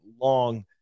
long